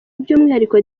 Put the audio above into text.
by’umwihariko